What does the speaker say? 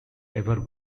ever